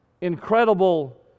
incredible